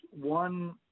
one